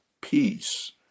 peace